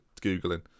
Googling